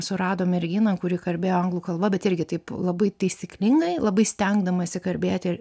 surado merginą kuri kalbėjo anglų kalba bet irgi taip labai taisyklingai labai stengdamasi kalbėti